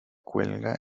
cuelga